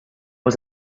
was